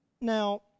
Now